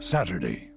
Saturday